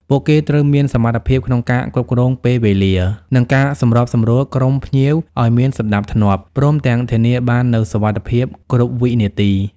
ពួកគេត្រូវមានសមត្ថភាពក្នុងការគ្រប់គ្រងពេលវេលា និងការសម្របសម្រួលក្រុមភ្ញៀវឱ្យមានសណ្តាប់ធ្នាប់ ព្រមទាំងធានាបាននូវសុវត្ថិភាពគ្រប់វិនាទី។